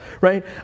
right